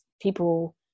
people